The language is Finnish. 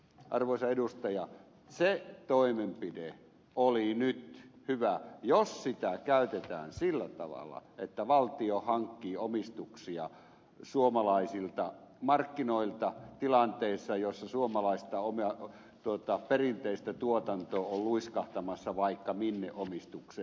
arvoisa edustaja se toimenpide oli nyt hyvä jos sitä käytetään sillä tavalla että valtio hankkii omistuksia suomalaisilta markkinoilta tilanteessa jossa suomalaista perinteistä tuotantoa on luiskahtamassa vaikka minne omistukseen